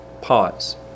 Pause